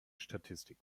statistik